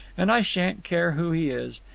and i shan't care who he is.